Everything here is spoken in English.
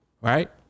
right